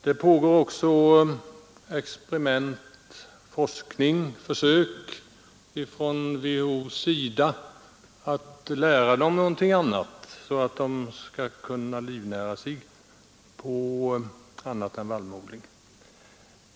Det pågår också experiment och försök från WHO:s sida att lära dessa bergsbor något annat för att de skall kunna livnära sig på något annat än vallmoodling.